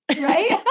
right